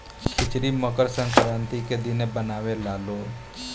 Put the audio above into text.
खिचड़ी मकर संक्रान्ति के दिने बनावे लालो